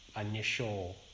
initial